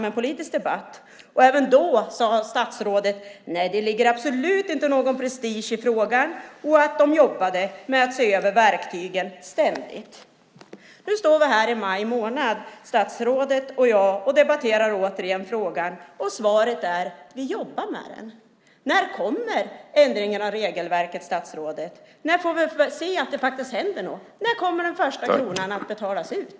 Även då sade statsrådet att det absolut inte ligger någon prestige i frågan och att regeringen ständigt jobbar med att se över verktygen. Nu står vi här i maj månad, statsrådet och jag, och debatterar återigen frågan. Svaret är: Vi jobbar med den. När kommer ändringen av regelverket, statsrådet? När får vi se att det faktiskt händer något? När kommer den första kronan att betalas ut?